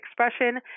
expression